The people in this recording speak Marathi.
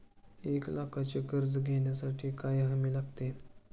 एक लाखाचे कर्ज घेण्यासाठी काय हमी लागते?